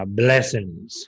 blessings